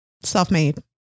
self-made